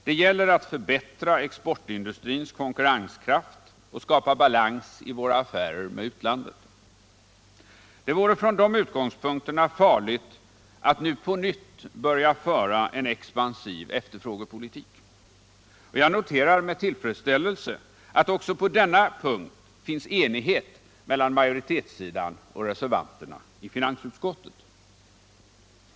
Det gäller att förbättra exportindustrins konkurrenskraft och skapa balans i våra affärer med utlandet. Dei vore från de utgångspunkterna farligt att nu på nytt börja föra en expansiv efterfrågepolitik, och jag noterar med tillfredsställelse att också på denna punkt finns enighet mellan majoritetssidan och reservanterna i finansutskottet.